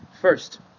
first